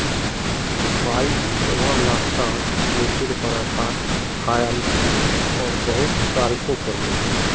Y सुबह नाश्तात मेथीर पराठा खायाल छिले और बहुत तारीफो करले